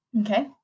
Okay